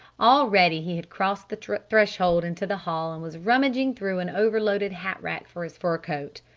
already he had crossed the threshold into the hall and was rummaging through an over-loaded hat rack for his fur coat.